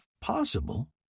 possible